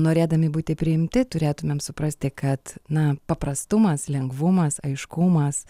norėdami būti priimti turėtumėm suprasti kad na paprastumas lengvumas aiškumas